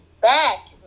back